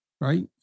right